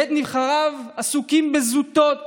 ואת נבחריו עסוקים בזוטות